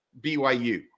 BYU